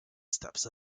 steps